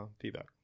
feedback